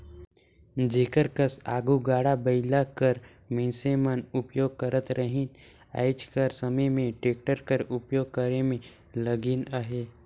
जेकर कस आघु गाड़ा बइला कर मइनसे मन उपियोग करत रहिन आएज कर समे में टेक्टर कर उपियोग करे में लगिन अहें